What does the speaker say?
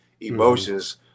emotions